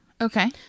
Okay